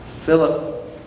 Philip